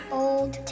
old